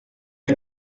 are